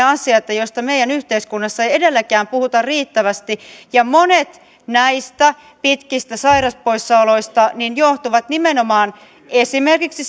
asia josta meidän yhteiskunnassamme ei edelleenkään puhuta riittävästi ja monet näistä pitkistä sairauspoissaoloista johtuvat nimenomaan esimerkiksi